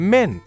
Men